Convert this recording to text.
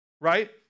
right